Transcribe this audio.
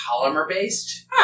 polymer-based